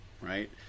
right